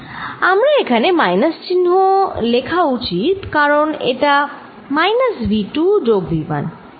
আমার এখানে মাইনাস চিনহ লেখা উচিত কারণ এটা মাইনাস v 2 যোগ v 1